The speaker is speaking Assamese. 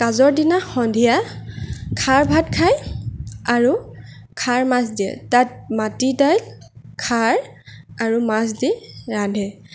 কাজৰ দিনা সন্ধিয়া খাৰ ভাত খাই আৰু খাৰ মাছ দিয়ে তাত মাটি দাইল খাৰ আৰু মাছ দি ৰান্ধে